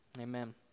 amen